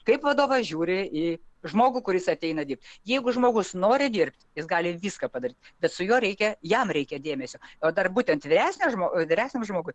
kaip vadovas žiūri į žmogų kuris ateina dirbt jeigu žmogus nori dirbt jis gali viską padaryt bet su juo reikia jam reikia dėmesio o dar būtent vyresniam žmogui vyresniam žmogui